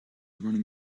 running